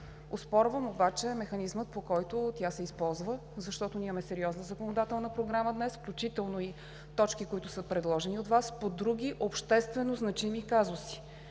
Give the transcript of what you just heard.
Оспорвам обаче механизма, по който се използва, защото ние днес имаме сериозна законодателна програма, включително и точки, които са предложени от Вас, по други общественозначими казуси.